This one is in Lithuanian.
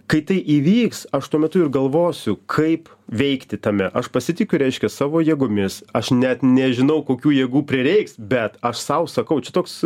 kai tai įvyks aš tuo metu ir galvosiu kaip veikti tame aš pasitikiu reiškias savo jėgomis aš net nežinau kokių jėgų prireiks bet aš sau sakau čia toks